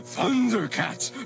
Thundercats